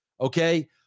Okay